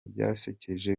byasekeje